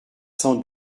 cent